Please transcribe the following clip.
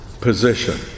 position